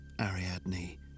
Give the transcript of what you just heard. Ariadne